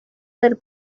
del